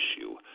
issue